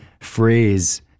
phrase